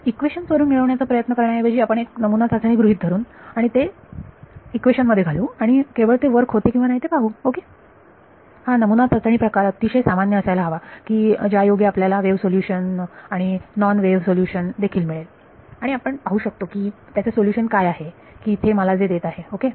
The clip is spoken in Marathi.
इक्वेशन्स वरून मिळवण्याचा प्रयत्न करण्याऐवजी आपण एक नमुना चाचणी गृहीत धरून आणि ते इक्वेशन मध्ये घालू आणि केवळ ते वर्क होते किंवा नाही हे पाहू ओके आणि हा नमुना चाचणी प्रकार अतिशय सामान्य असायला हवा की ज्या योगे आपल्याला वेव्ह सोल्युशन आणि नॉनवेव्ह सोल्युशन देखील मिळेल आणि आपण पाहू शकतो की त्याचे सोल्युशन काय आहे की इथे मला जे देत आहे ओके